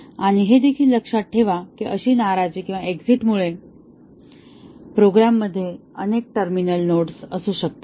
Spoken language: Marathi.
आणि हे देखील लक्षात ठेवा की अशा नाराजी आणि एक्झिट मुळे प्रोग्राममध्ये अनेक टर्मिनल नोड्स असू शकतात